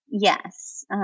Yes